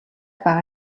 байгаа